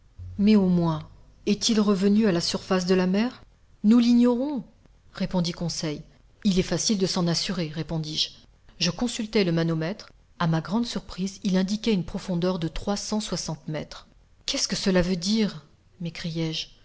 mais au moins demandai-je est-il revenu à la surface de la mer nous l'ignorons répondit conseil il est facile de s'en assurer répondis-je je consultai le manomètre a ma grande surprise il indiquait une profondeur de trois cent soixante mètres qu'est-ce que cela veut dire